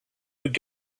would